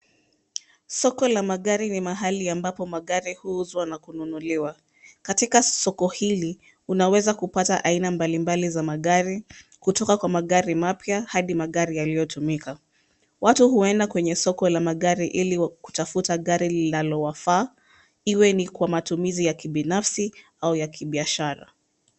Soko la magari Mahali ambapo magari huuzwa na kununuliwa katika soko hili unaweza kupata aina mbalimbali za magari kutoka kwa magari mapya hadi magari yaliyotumika ,watu huenda kwenye soko la magari ili kutafuta gari linalowafaa iwe ni kwa matumizi ya kibinafsi au ya kibiashara.